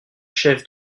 chef